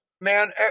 Man